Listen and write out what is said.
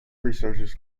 researchers